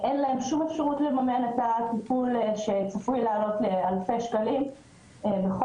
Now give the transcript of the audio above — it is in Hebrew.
אין להם שום אפשרות לממן את הטיפול שצפוי לעלות אלפי שקלים לחודש.